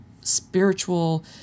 spiritual